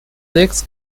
six